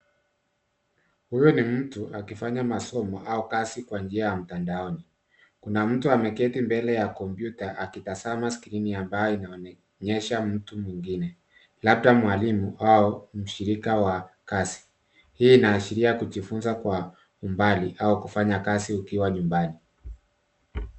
Huyu ni mtu akifanya masomo au kazi kwa njia ya mtandaoni. Kuna mtu ameketi mbele ya kompyuta akitazama skrini ambayo inaonyesha mtu mwingine, labda mwalimu au mshiriki wa kazi. Hii inaashiria kujifunza kwa umbali au kufanya kazi ukiwa nyumbani.